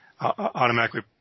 automatically